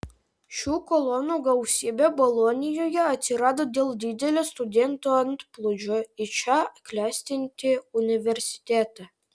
šių kolonų gausybė bolonijoje atsirado dėl didelio studentų antplūdžio į čia klestinti universitetą